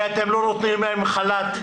ואתם לא נותנים להם חל"ת.